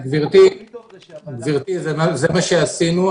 גברתי, זה מה שעשינו.